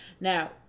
Now